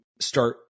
start